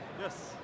Yes